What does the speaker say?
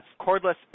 cordless